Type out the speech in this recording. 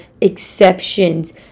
exceptions